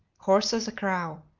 hoarse as a crow.